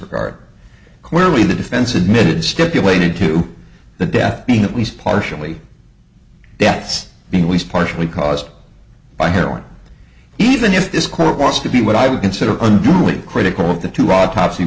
regard clearly the defense admitted stipulated to the death being at least partially debt's being least partially caused by heroin even if this court was to be what i would consider unduly critical of the two autopsy